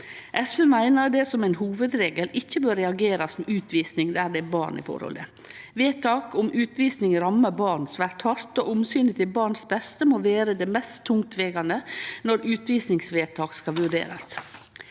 SV meiner det som ein hovudregel ikkje bør reagerast med utvising der det er barn i forholdet. Vedtak om utvising rammar barn svært hardt, og omsynet til barns beste må vere det mest tungtvegande når utvisingsvedtak skal vurderast.